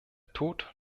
tod